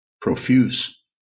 profuse